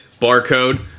barcode